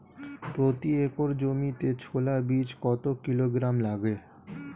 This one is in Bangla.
প্রতি একর জমিতে ছোলা বীজ কত কিলোগ্রাম লাগে?